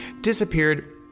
disappeared